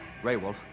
Raywolf